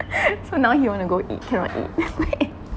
so now he want to go eat cannot eat